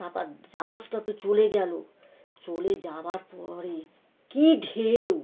তারপর জাহাজটা তো চলে গেলো চলে যাবার পরে কি ঢেউ